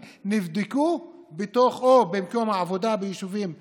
נדבקו או במקום העבודה ביישובים בישראל,